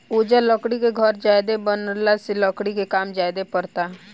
ओजा लकड़ी के घर ज्यादे बनला से लकड़ी के काम ज्यादे परता